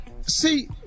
see